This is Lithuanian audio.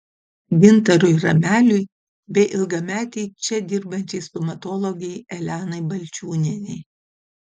gintarui rameliui bei ilgametei čia dirbančiai stomatologei elenai balčiūnienei